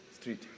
street